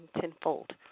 tenfold